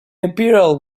imperial